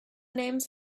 names